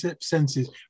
senses